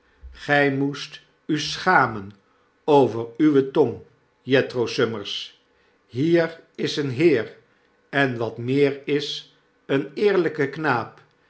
gry moest u schamen over uwe tong jethro summers hier is een heer en wat meer is een eerlijke knaap